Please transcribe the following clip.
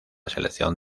selección